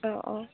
অঁ অঁ